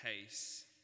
case